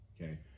okay